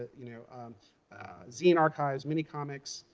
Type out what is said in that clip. you know um zine archives, minicomics,